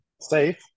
safe